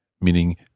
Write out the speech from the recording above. meaning